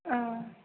औ